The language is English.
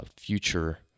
future